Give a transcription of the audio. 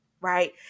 right